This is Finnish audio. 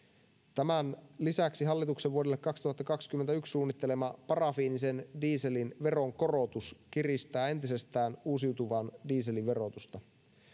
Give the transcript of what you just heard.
tämän lisäksi hallituksen vuodelle kaksituhattakaksikymmentäyksi suunnittelema parafiinisen dieselin veronkorotus kiristää entisestään uusiutuvan dieselin verotusta